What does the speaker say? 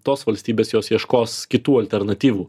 tos valstybės jos ieškos kitų alternatyvų